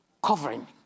Covering